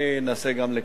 אני אנסה לקצר.